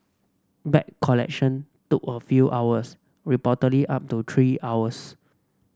bag collection took a few hours reportedly up to three hours